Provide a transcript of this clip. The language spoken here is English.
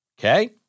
Okay